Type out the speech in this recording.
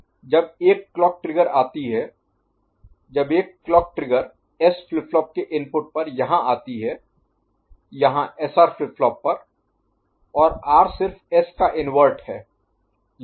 SA ShiftSerialin Shift'A जब एक clock trigger आती है जब एक clock trigger S flip flop के इनपुट पर यहाँ आती है यहाँ SR फ्लिप फ्लॉप पर और R सिर्फ S का इन्वर्ट है